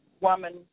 woman